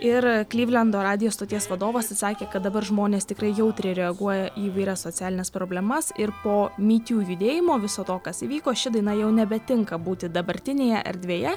ir klivlendo radijo stoties vadovas atsakė kad dabar žmonės tikrai jautriai reaguoja į įvairias socialines problemas ir po my tiu judėjimo viso to kas įvyko ši daina jau nebetinka būti dabartinėje erdvėje